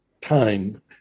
time